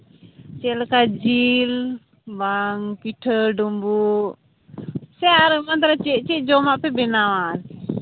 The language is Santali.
ᱪᱮᱫ ᱞᱮᱠᱟ ᱡᱤᱞ ᱵᱟᱝ ᱯᱤᱴᱷᱟᱹ ᱰᱩᱢᱵᱩᱜ ᱥᱮ ᱟᱨ ᱚᱱᱠᱟᱱ ᱫᱷᱟᱨᱟ ᱪᱮᱫ ᱪᱮᱫ ᱡᱚᱢᱟᱜ ᱯᱮ ᱵᱮᱱᱟᱣᱟ